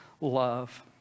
love